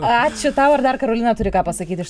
ačiū tau ar dar karolina turi ką pasakyti iš